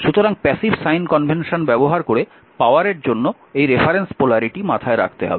সুতরাং passive sign convention ব্যবহার করে পাওয়ারের জন্য এই রেফারেন্স পোলারিটি মাথায় রাখতে হবে